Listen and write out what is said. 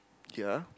ya